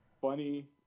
funny